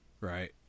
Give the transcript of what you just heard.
Right